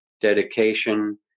dedication